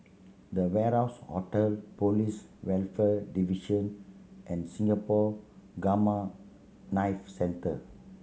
The Warehouse Hotel Police Welfare Division and Singapore Gamma Knife Centre